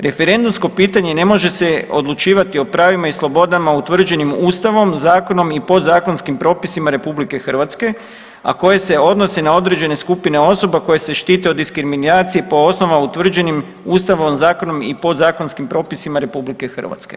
Referendumsko pitanje ne može se odlučivati o pravima i slobodama utvrđenim Ustavom, zakonom i podzakonskim propisima RH, a koje se odnose na određene skupine osoba koje se štite od diskriminacije po osnova utvrđenim Ustavom, zakonom i podzakonskim propisima RH.